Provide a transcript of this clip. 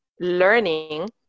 learning